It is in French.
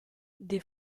des